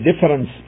difference